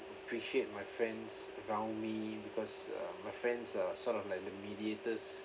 appreciate my friends around me because uh my friends are sort of like the mediators